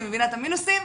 אני מבינה את המינוסים,